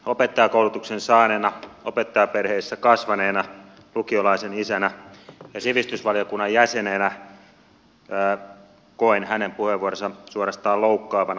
opettajankoulutuksen saaneena opettajaperheessä kasvaneena lukiolaisen isänä ja sivistysvaliokunnan jäsenenä koen hänen puheenvuoronsa suorastaan loukkaavana